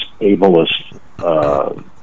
ableist